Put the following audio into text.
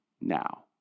now